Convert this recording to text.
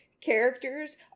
characters